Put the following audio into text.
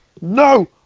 no